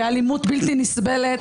באלימות בלתי נסבלת,